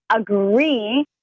agree